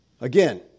Again